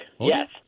yes